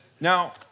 Now